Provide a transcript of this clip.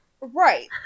Right